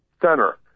center